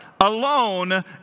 Alone